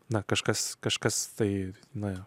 na kažkas kažkas tai norėjo